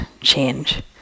change